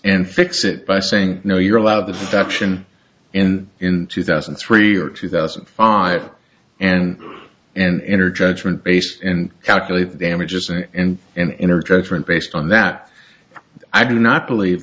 and fix it by saying no you're allowed the fraction in in two thousand and three or two thousand and five and and in are judgment based and calculate damages and an inner judgment based on that i do not believe